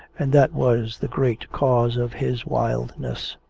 and that was the great cause of his wildness.